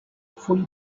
fully